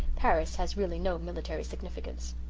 paris has really no military significance.